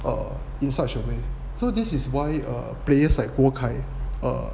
err in such a way so this is why err players like 郭开 err